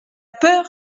peur